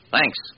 Thanks